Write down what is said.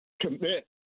Commit